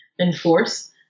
enforce